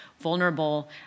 vulnerable